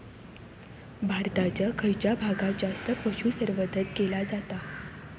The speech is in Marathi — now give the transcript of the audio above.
भारताच्या खयच्या भागात जास्त पशुसंवर्धन केला जाता?